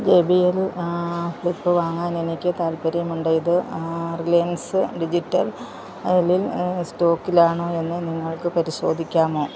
J B L flip വാങ്ങാൻ എനിക്ക് താൽപ്പര്യമുണ്ട് ഇത് റിലയൻസ് ഡിജിറ്റലിൽ സ്റ്റോക്കിലാണോ എന്ന് നിങ്ങൾക്ക് പരിശോധിക്കാമോ